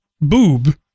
boob